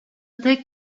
tek